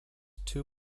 two